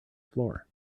floor